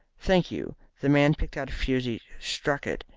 thank you. the man picked out a fusee, struck it,